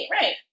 right